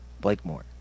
Blakemore